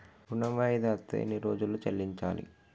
ఋణం వాయిదా అత్తే ఎన్ని రోజుల్లో చెల్లించాలి?